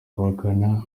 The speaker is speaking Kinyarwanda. guhakana